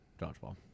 Dodgeball